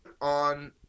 on